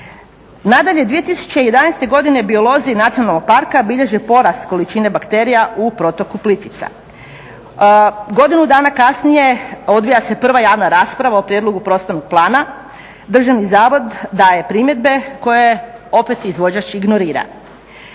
Nadalje, 2011. godine biolozi nacionalnog parka bilježe porast količine bakterija u protoku Plitvica. Godinu dana kasnije odvija se prva javna rasprava o prijedlogu prostornog plana, državni zavod daje primjedbe koje opet izvođač ignorira.